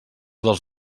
dels